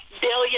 billion